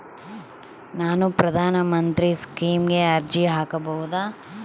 ನಾನು ಪ್ರಧಾನ ಮಂತ್ರಿ ಸ್ಕೇಮಿಗೆ ಅರ್ಜಿ ಹಾಕಬಹುದಾ?